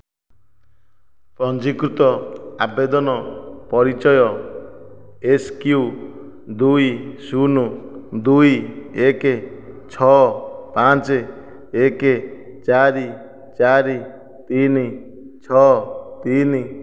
ପଞ୍ଜୀକୃତ ଆବେଦନ ପରିଚୟ ଏସ୍ କ୍ୟୁ ଦୁଇ ଶୂନ ଦୁଇ ଏକ ଛଅ ପାଞ୍ଚ ଏକ ଚାରି ଚାରି ତିନି ଛଅ ତିନି